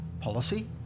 policy